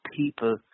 people